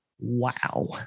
wow